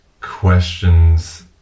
questions